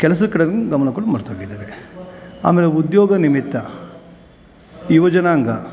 ಕೆಲಸದ ಕಡೆಗೂ ಗಮನ ಕೊಡೋದು ಮರ್ತು ಹೋಗಿದ್ದಾರೆ ಆಮೇಲೆ ಉದ್ಯೋಗ ನಿಮಿತ್ತ ಯುವಜನಾಂಗ